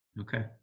Okay